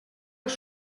els